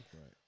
Right